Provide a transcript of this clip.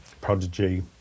Prodigy